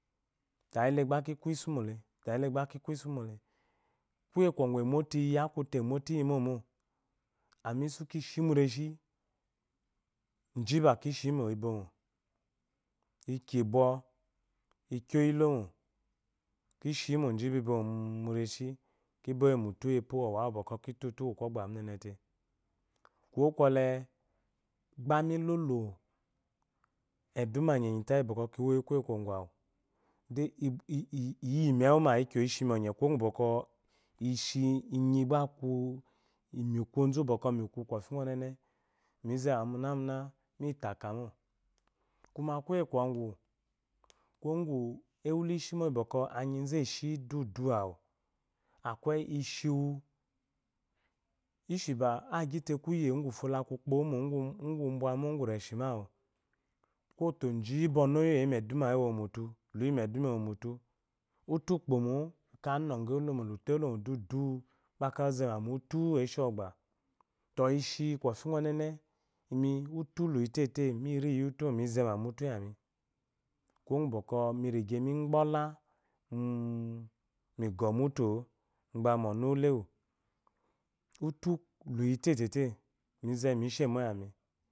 Tayi élégba ki kú isú mole, tayi le gba ki kú isú mole, kuye kwɔngu akute émoto lyi mo mu, télé gba kishi mure shi ji-i ba kishi yimo ibomo, inki ibwɔ inko iyi lomo, kishi yi mo ji-i bi bomo mu réshé kí boyi mu utu o ɔwa lyi kinto utu uwu kwogba munéné té. ko wo kwɔle gba mi lolo eduma nyenyi ta iyi bwɔkwɔ ishi inyi gba aku mi ku oz u onéné mi zema muna-muna mita aka mo. kuma kuye kwɔngu kuwo ngu ewulo ishimo lyi bwɔkwɔ anyi zu eshi mo dudu awu akweyi inshiwu inshi ba agyi te kuye kufo la ku kpo wu mo ngu umbuwa ngu réshí ma awu kótó ji ba ɔnɔyɔ eyi mu eduma wu lysomo mutu. luyi eduma yi womo mutu utu kpomo ekayi anɔgwɔ ewulo mo, lu to ewulomo dudu gba akeyi azema mutu eshé mogb. Tó ishí kwɔfi unene, imi utu luyi tété ni wu iyi utu wo mi zema mutu lyami, kuwo ngu bwɔkwɔ mi rige mi gboda mu igɔ mutu wo, gba mu ule wu, utu wo, gba mu ɔnu ule. wu, utu luyi tétété mize.